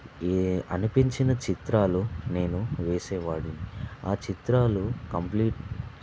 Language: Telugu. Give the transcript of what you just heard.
ఏ అనిపించిన చిత్రాలు నేను వేసేవాడిని ఆ చిత్రాలు కంప్లీట్